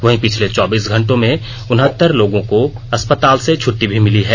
वहीं पिछले चौबीस घंटों में उनहत्तर लोगों को अस्पताल से छटटी भी मिली हैं